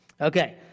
Okay